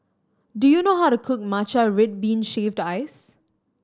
do you know how to cook matcha red bean shaved ice